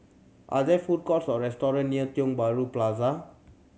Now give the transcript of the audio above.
are there food courts or restaurant near Tiong Bahru Plaza